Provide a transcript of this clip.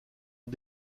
ont